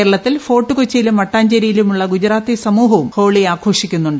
കേരളത്തിൽ ഫോർട്ട് കൊച്ചിയിലും മട്ടാഞ്ചേരിയിലുമുള്ള ഗുജറാത്തി സമൂ ഹവും ഹോളി ആഘോഷിക്കുണ്ട്